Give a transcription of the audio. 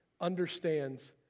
understands